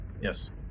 Yes